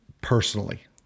personally